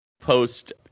post